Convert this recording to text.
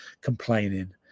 complaining